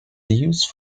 used